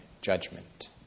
judgment